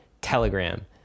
Telegram